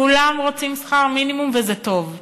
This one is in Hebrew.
כולם רוצים, וזה טוב,